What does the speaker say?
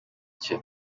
cye